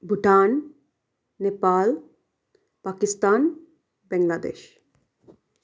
Bhutan Nepal Pakistan Bangladesh